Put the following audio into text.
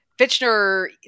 Fitchner